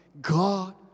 God